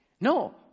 No